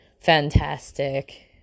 fantastic